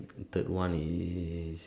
third one is